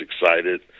excited